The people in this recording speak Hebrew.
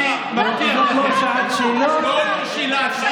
אני מבטיח לכם, לא, זאת לא שעת שאלות.